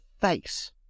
face